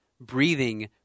breathing